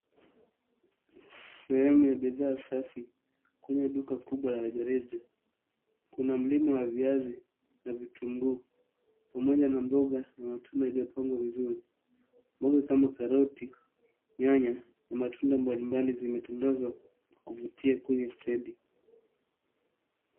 Sehemu ya bidhaa safi, kwenye duka kubwa la rejareja, kuna mlima wa viazi, na vitunguu, pamoja na mboga, na matunda, iliopangwa vizuri. Mboga kama karoti, nyanya, na matunda mbalimbali zimetandazwa kuvutia kwenye stedi.